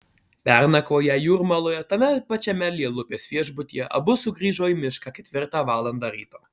pernakvoję jūrmaloje tame pačiame lielupės viešbutyje abu sugrįžo į mišką ketvirtą valandą ryto